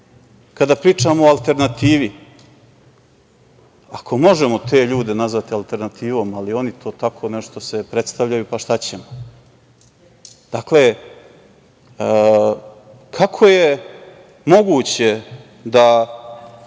kada pričamo o alternativi, ako možemo te ljude nazvati alternativom, oni se tako predstavljaju, pa šta ćemo, kako je moguće da